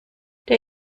der